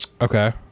okay